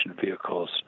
vehicles